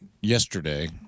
yesterday